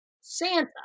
Santa